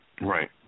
Right